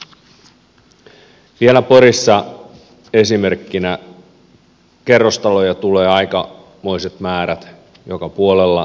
vielä porissa esimerkkinä kerrostaloja tulee aikamoiset määrät joka puolella